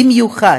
במיוחד,